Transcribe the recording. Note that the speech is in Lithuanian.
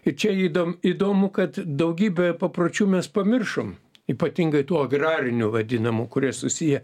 ir čia įdom įdomu kad daugybę papročių mes pamiršom ypatingai tų agrarinių vadinamų kurie susiję